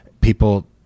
people